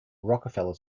rockefeller